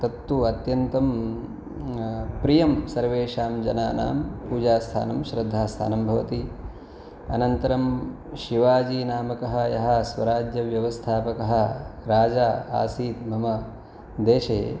तत्तु अत्यन्तं प्रियं सर्वेषां जनानां पूजास्थानं श्रद्धास्थानं भवति अनन्तरं शिवाजी नामकः यः स्वराज्यव्यवस्थापकः राजा आसीत् मम देशे